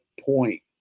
point